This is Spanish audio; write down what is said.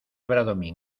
bradomín